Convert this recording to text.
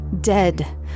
Dead